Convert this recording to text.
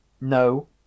No